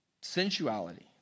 Sensuality